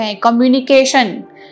communication